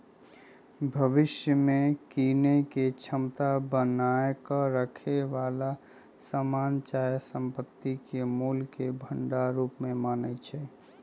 भविष्य में कीनेके क्षमता बना क रखेए बला समान चाहे संपत्ति के मोल के भंडार रूप मानइ छै